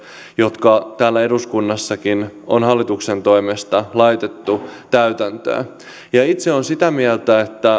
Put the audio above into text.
jotka täällä eduskunnassakin on hallituksen toimesta laitettu täytäntöön itse olen sitä mieltä että